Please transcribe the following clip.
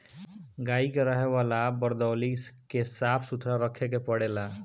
गाई के रहे वाला वरदौली के साफ़ सुथरा रखे के पड़ेला